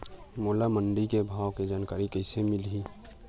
मोला मंडी के भाव के जानकारी कइसे मिलही?